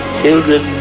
children